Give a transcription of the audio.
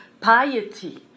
piety